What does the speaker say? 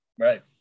Right